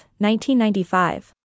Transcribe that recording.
1995